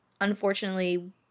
unfortunately